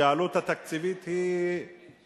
שהעלות התקציבית היא פשוט